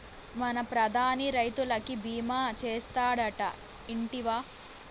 మన ప్రధాని రైతులకి భీమా చేస్తాడటా, ఇంటివా